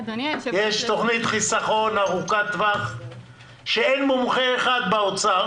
יש תוכנית חיסכון ארוכת טווח שאין מומחה אחד באוצר